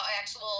actual